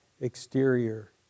exterior